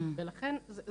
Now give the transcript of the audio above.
לכן זאת